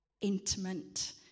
intimate